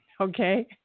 okay